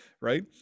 right